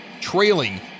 trailing